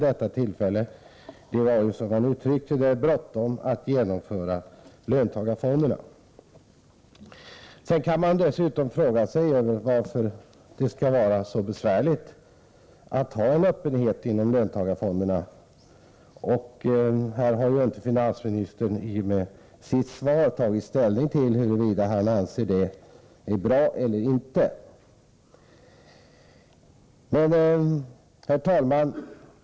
Det var ju, som man uttryckte det, bråttom med att införa löntagarfonderna. Man kan också fråga sig varför det skall vara så besvärligt att ha en öppenhet inom löntagarfonderna. Finansministern har inte i och med sitt svar tagit ställning till huruvida han anser en sådan öppenhet vara bra eller inte. Herr talman!